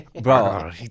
bro